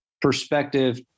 perspective